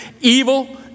evil